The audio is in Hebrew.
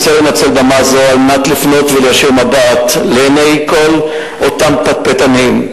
ארצה לנצל במה זו על מנת לפנות ולהישיר מבט לעיני כל אותם פטפטנים,